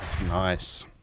nice